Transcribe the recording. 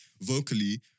vocally